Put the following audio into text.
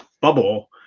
bubble